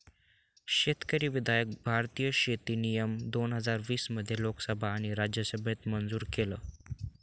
शेतकरी विधायक भारतीय शेती नियम दोन हजार वीस मध्ये लोकसभा आणि राज्यसभेत मंजूर केलं